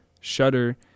shutter